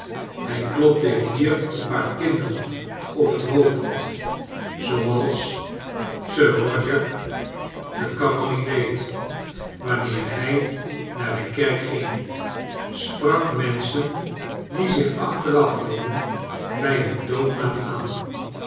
hij klopte hier een pnar kinderen op het hoofd zooals sir roger de coverly deed wanneer hij naar de kerk ging sprak menschen die zich achteraf hielden bij hun doopnaam aan